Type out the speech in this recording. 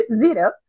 Zero